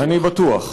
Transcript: אני בטוח.